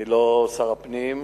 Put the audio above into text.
אני לא שר הפנים,